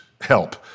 help